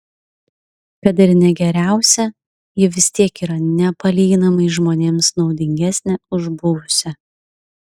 kad ir ne geriausia ji vis tiek yra nepalyginamai žmonėms naudingesnė už buvusią